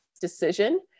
decision